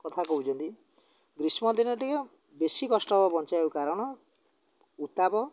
କଥା କହୁଛନ୍ତି ଗ୍ରୀଷ୍ମ ଦିନ ଟିକେ ବେଶୀ କଷ୍ଟ ହେବ ବଞ୍ଚାଇବାକୁ କାରଣ ଉତାପ